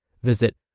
Visit